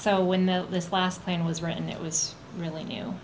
so when the this last plane was written it was really new